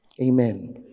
Amen